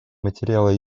материала